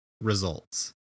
results